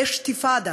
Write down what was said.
אשתיפאדה,